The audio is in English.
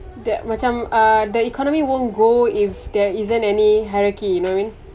that macam uh the economy won't go if there isn't any hierarchy you know what I mean